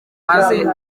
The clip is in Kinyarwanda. maze